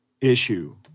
issue